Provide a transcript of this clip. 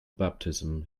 baptism